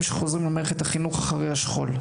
שחוזרים למערכת החינוך אחרי השכול.